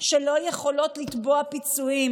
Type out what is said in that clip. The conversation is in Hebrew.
שלא יכולות לתבוע פיצויים